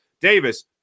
Davis